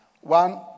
one